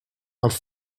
els